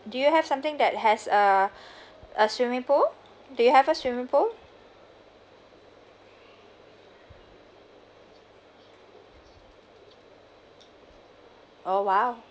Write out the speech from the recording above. do you have something that has a a swimming pool do you have a swimming pool oh !wow!